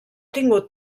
tingut